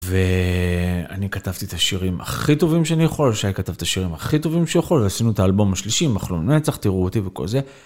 ואני כתבתי את השירים הכי טובים שאני יכול, שי כתב את השירים הכי טובים שיכול, ועשינו את האלבום השלישי עם אחלום לנצח, תראו אותי וכל זה.